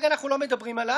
ההצעה להעביר את הנושא